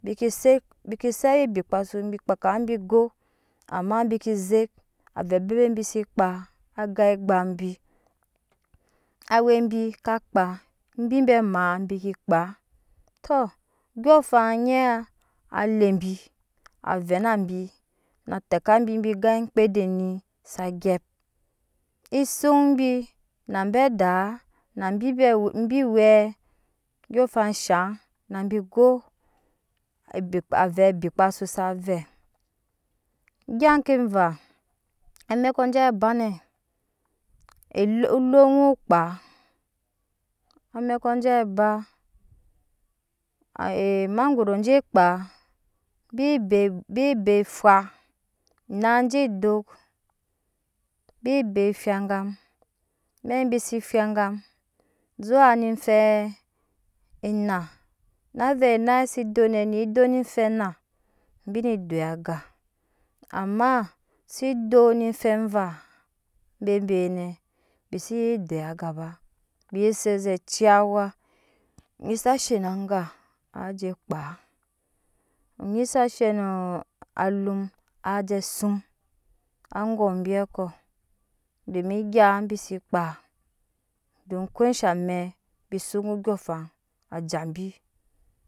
Bike ze bike se awa ebikpasu bikpakama bi go amma bi ke zek avɛ bebet bise kpaa agan egbam bi awɛ bi ka kpaa bi bɛ amaa bi ke kpaatɔ ondyɔɔŋafanyi alebi avɛ na bi na te ka bi gan omŋkpede ni sa gyep ezun bi n be adaa na be awɛ bi be awɛ ondyɔɔŋafan shaŋ bi go ebi kpa avɛ abi kpasu sa vɛɛ gya ke vaa amɛkɔ je banɛ elo olo ŋoo kpe amɛko je ba aye emagboro je kpa bibe bibe fwa nai je dokk bibe agam amɛk bi se angam zuw ne fɛ anaa na vɛ anai ye se dok nɛ ne dokk ne fɛ naa bine doi aga amma se dok ne fe vaa bebe nɛ bise doi aga ba bi set ze ciiya awa anyi sa she n nga aje jɛ kpaa anyi sa she no alum aje sun angom bikodo mi gya bi se kpaa don ko sha mɛ bi sun ondyɔɔŋ afa aja bi